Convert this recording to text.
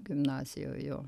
gimnazijoj jo